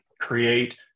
create